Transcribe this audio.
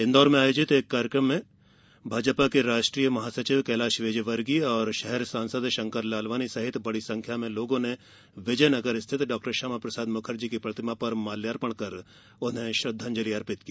इंदौर में आयोजित एक श्रद्धांजलि कार्यक्रम में भाजपा के राष्ट्रीय महासचिव कैलाश विजयवर्गीय और शहर सांसद शंकर लालवानी सहित बड़ी संख्या में लोगों ने विजय नगर स्थित डॉक्टर श्यामाप्रसाद मुखर्जी की प्रतिमा पर माल्यार्पण कर उन्हें श्रद्वांजलि अर्पित की